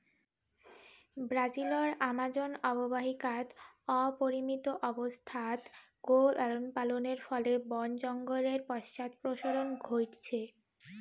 ব্রাজিলর আমাজন অববাহিকাত অপরিমিত অবস্থাত গো লালনপালনের ফলে বন জঙ্গলের পশ্চাদপসরণ ঘইটছে